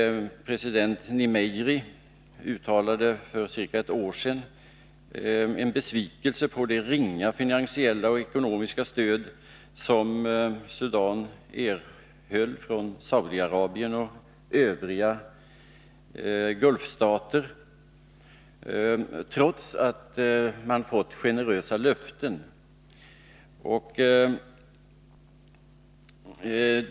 President Numeiri uttalade för ungefär ett år sedan besvikelse över det ringa finansiella och ekonomiska stöd som Sudan erhöll från Saudiarabien och övriga Gulfstater, trots att man fått generösa löften.